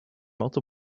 are